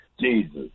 Jesus